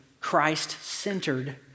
Christ-centered